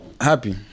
Happy